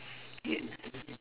it